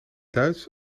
duits